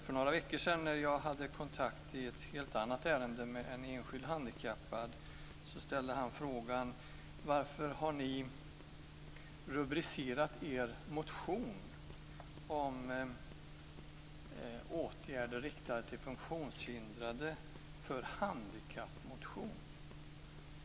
För några veckor sedan hade jag i ett helt annat ärende kontakt med en enskild handikappad man som ställde frågan: Varför har ni rubricerat er motion om åtgärder riktade till funktionshindrade som en handikappmotion?